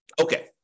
Okay